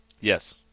Yes